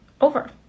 over